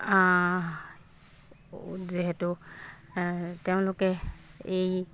যিহেতু তেওঁলোকে এই